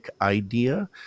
idea